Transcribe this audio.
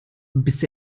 bis